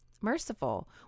merciful